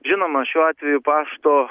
žinoma šiuo atveju pašto